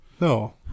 No